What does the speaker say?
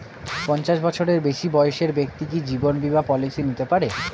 পঞ্চাশ বছরের বেশি বয়সের ব্যক্তি কি জীবন বীমা পলিসি নিতে পারে?